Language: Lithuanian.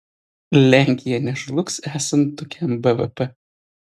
lenkija nežlugs esant tokiam bvp